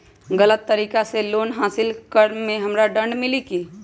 गलत तरीका से लोन हासिल कर्म मे हमरा दंड मिली कि?